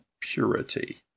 purity